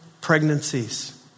pregnancies